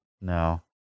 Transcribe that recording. no